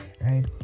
right